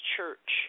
Church